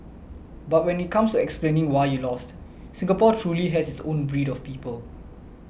but when it comes to explaining why you lost Singapore truly has its own breed of people